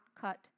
cut